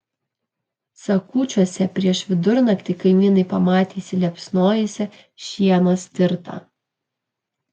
sakūčiuose prieš vidurnaktį kaimynai pamatė įsiliepsnojusią šieno stirtą